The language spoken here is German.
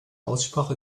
aussprache